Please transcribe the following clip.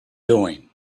doing